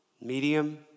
medium